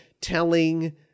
telling